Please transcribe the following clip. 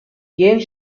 cane